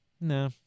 no